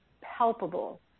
palpable